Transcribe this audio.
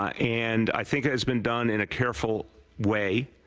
and i think it has been done in a careful way.